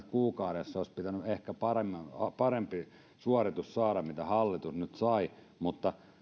kuukaudessa olisi pitänyt ehkä parempi suoritus saada kuin mitä hallitus nyt sai